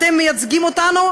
אתם מייצגים אותנו,